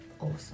Awesome